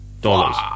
dollars